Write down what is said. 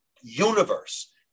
universe